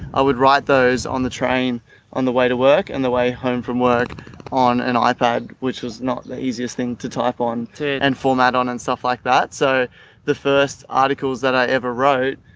i would write those on the train on the way to work and the way home from work on an ah ipad, which was not the easiest thing to type on the and format on and stuff like that. so the first articles that i ever wrote,